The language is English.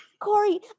Corey